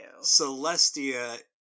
Celestia